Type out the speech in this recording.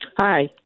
Hi